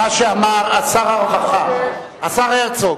השר הרצוג,